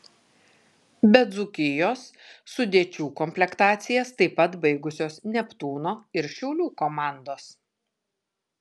be dzūkijos sudėčių komplektacijas taip pat baigusios neptūno ir šiaulių komandos